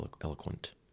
eloquent